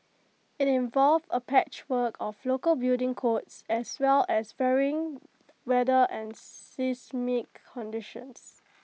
IT involves A patchwork of local building codes as well as varying weather and seismic conditions